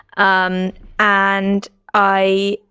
um and i.